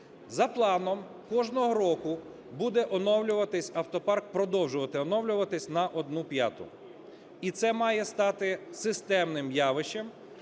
За планом кожного року буде оновлюватись автопарк, продовжувати оновлюватись, на одну п'яту. І це має стати системним явищем